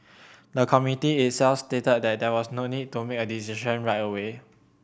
the Committee itself stated that there was no need to make a decision right away